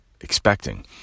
expecting